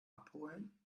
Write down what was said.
abholen